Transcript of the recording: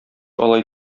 алай